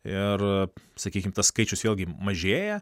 ir sakykim tas skaičius vėlgi mažėja